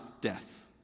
death